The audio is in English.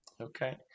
Okay